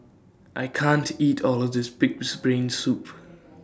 I can't eat All of This Pig'S Brain Soup